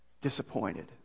Disappointed